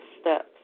steps